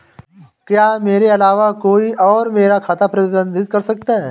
क्या मेरे अलावा कोई और मेरा खाता प्रबंधित कर सकता है?